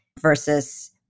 versus